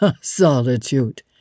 solitude